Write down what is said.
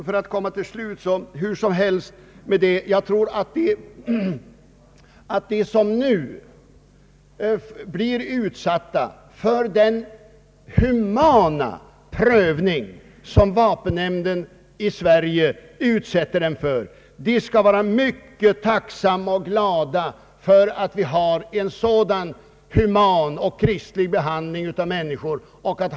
För att komma till ett slut på mitt anförande vill jag framhålla att de som nu blir utsatta för den humana prövning som vapenfrinämnden i Sverige utsätter dem för skall vara mycket tacksamma och glada över att vi har en sådan human och kristlig behandling av människor.